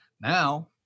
Now